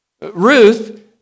Ruth